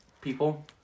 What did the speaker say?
people